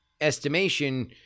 estimation